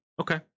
Okay